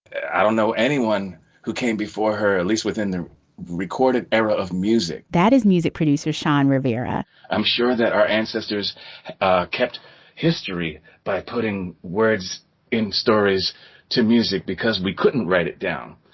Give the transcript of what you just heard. i don't know anyone who came before her at least within the recorded era of music that is music producer shawn rivera i'm sure that our ancestors kept history by putting words in stories to music because we couldn't write it down.